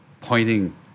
pointing